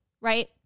Right